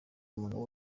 muntu